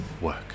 work